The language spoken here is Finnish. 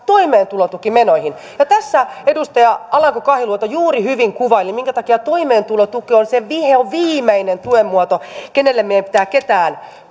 toimeentulotukimenoihin ja tässä edustaja alanko kahiluoto juuri hyvin kuvaili minkä takia toimeentulotuki on se vihoviimeinen tuen muoto jolle meidän pitää ketään